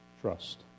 Trust